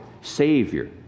Savior